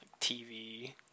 TV